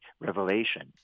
revelation